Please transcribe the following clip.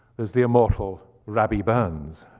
there's the immortal robbie burns,